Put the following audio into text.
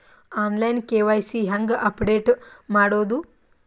On line KYC ಹೇಂಗ update ಮಾಡೋದು?